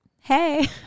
hey